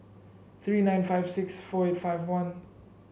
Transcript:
three nine five six four eight five one